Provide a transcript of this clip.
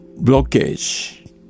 blockage